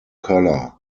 color